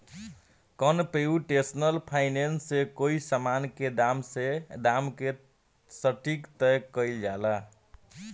computational finance से कोई समान के दाम के सटीक तय कईल जाला